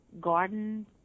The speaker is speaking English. garden